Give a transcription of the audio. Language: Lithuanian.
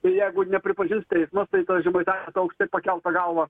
ir jeigu nepripažins teismas tai tas žemaitai aukštai pakelta galva